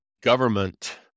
government